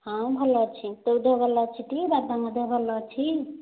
ହଁ ଭଲ ଅଛି ତୋ ଦେହ ଭଲ ଅଛି ଟି ବାବାଙ୍କ ଦେହ ଭଲ ଅଛି